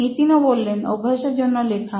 নিতিন অভ্যাসের জন্য লেখা